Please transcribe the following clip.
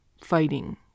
fighting